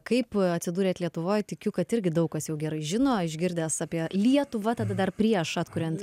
kaip atsidūrėt lietuvoj tikiu kad irgi daug kas jau gerai žino išgirdęs apie lietuvą tada dar prieš atkuriant